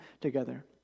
together